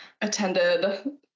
attended